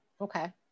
Okay